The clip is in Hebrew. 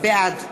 בעד